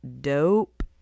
dope